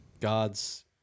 God's